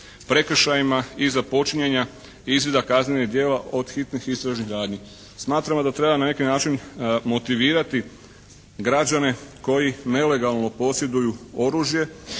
prekršajima i započinjanja izvida kaznenih djela od hitnih istražnih radnji. Smatramo da treba na neki način motivirati građane koji nelegalno posjeduju oružje,